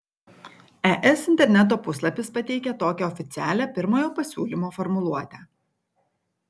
es interneto puslapis pateikia tokią oficialią pirmojo pasiūlymo formuluotę